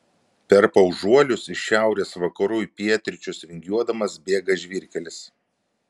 per paužuolius iš šiaurės vakarų į pietryčius vingiuodamas bėga žvyrkelis